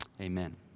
Amen